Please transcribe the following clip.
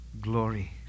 glory